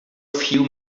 few